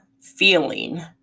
feeling